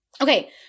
Okay